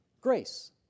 grace